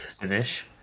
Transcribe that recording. finish